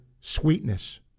sweetness